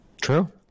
True